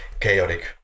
chaotic